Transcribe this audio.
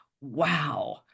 Wow